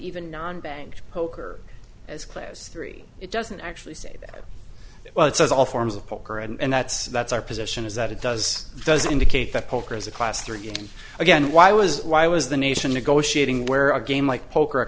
even non bank poker as close to three it doesn't actually say that well it's all forms of poker and that's that's our position is that it does doesn't indicate that poker is a class three and again why was why was the nation negotiating where a game like poker